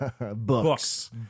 Books